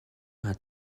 hat